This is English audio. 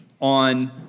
on